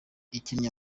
ikinnye